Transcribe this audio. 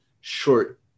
short